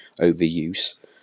overuse